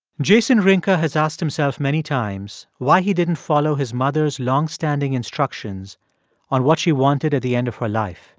jason rinka has asked himself many times why he didn't follow his mother's long-standing instructions on what she wanted at the end of her life.